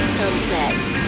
sunsets